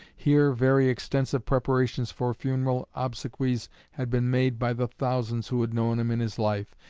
here very extensive preparations for funeral obsequies had been made by the thousands who had known him in his life,